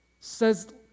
says